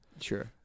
Sure